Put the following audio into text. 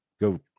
go